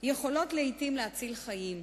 יכולות לעתים להציל חיים,